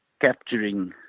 capturing